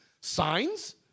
Signs